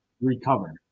recover